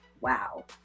Wow